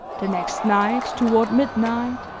the next night, toward midnight,